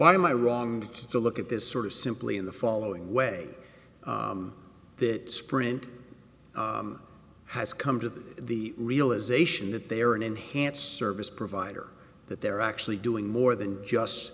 why am i wrong to look at this sort of simply in the following way that sprint has come to the realization that they are an enhanced service provider that they're actually doing more than just